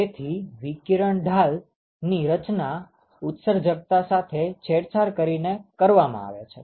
તેથી વિકિરણ ઢાલની રચના ઉત્સર્જકતા સાથે છેડછાડ કરીને કરવામાં આવે છે